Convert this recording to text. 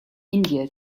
india